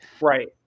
Right